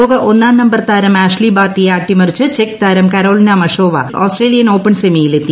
ലോക ഒന്നാം നമ്പർ താരം ആഷ്ലി ബാർട്ടിയെ അട്ടിമറിച്ച് ചെക്ക് താരം കരോളിന മഷോവ ഓസ്ട്രേലിയൻ ഓപ്പൺ സെമിയിൽ എത്തി